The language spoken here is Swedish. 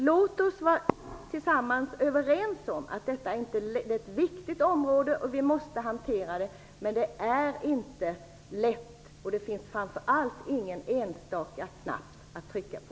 Låt oss vara överens om att detta är ett viktigt område och att vi måste hantera det, även om det inte är lätt. Det finns framför allt inte någon enstaka knapp att trycka på.